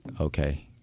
okay